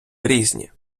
різні